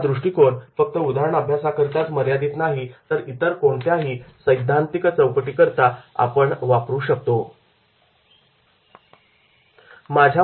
हा दृष्टिकोन फक्त उदाहरण अभ्यासाकरिताच मर्यादित नाही तर आपण इतर कोणत्याही सैद्धांतिक चौकटीकरिता व त्याच्या व्यावहारिक दृष्टीकोनातून घेणाऱ्या कोणत्याही उदाहरणाचे विश्लेषण करण्याकरिता वापरू शकतो